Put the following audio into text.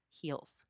heals